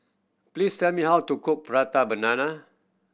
please tell me how to cook Prata Banana